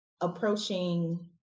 approaching